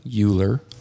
Euler-